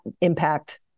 impact